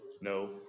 no